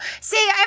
See